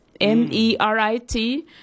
M-E-R-I-T